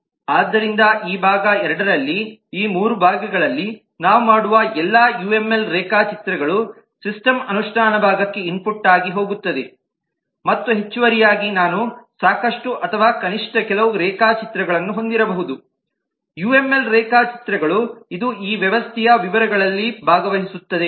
ಆದ್ದರಿಂದ ಈ ಭಾಗ 2 ರಲ್ಲಿ ಈ 3 ಭಾಗಗಳಲ್ಲಿ ನಾವು ಮಾಡುವ ಎಲ್ಲಾ ಯುಎಂಎಲ್ ರೇಖಾಚಿತ್ರಗಳು ಸಿಸ್ಟಮ್ ಅನುಷ್ಠಾನ ಭಾಗಕ್ಕೆ ಇನ್ಪುಟ್ ಆಗಿ ಹೋಗುತ್ತವೆ ಮತ್ತು ಹೆಚ್ಚುವರಿಯಾಗಿ ನಾನು ಸಾಕಷ್ಟು ಅಥವಾ ಕನಿಷ್ಠ ಕೆಲವು ರೇಖಾಚಿತ್ರಗಳನ್ನು ಹೊಂದಿರಬಹುದು ಯುಎಂಎಲ್ ರೇಖಾಚಿತ್ರಗಳು ಇದು ಈ ವ್ಯವಸ್ಥೆಯ ವಿವರಗಳಲ್ಲಿ ಭಾಗವಹಿಸುತ್ತದೆ